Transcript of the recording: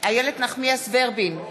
איילת נחמיאס ורבין,